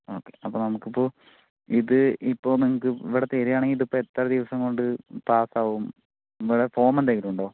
okay അപ്പോൾ നമുക്ക് ഇപ്പോൾ ഇത് ഇപ്പോൾ നിങ്ങൾക്ക് ഇവിടെ തരുവാണെങ്കിൽ ഇതിപ്പോൾ എത്ര ദിവസം കൊണ്ട് പാസ്സ് ആവും ഫോം എന്തെങ്കിലുമുണ്ടോ